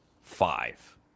five